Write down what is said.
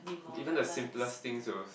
even the simplest things will